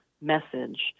message